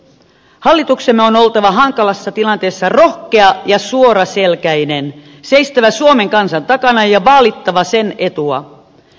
hallituksemme on oltava hankalassa tilanteessa rohkea ja suoraselkäinen seistävä suomen kansan takana ja vaalittava sen etua